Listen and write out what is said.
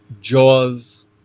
Jaws